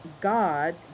God